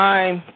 Time